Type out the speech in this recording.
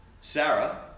Sarah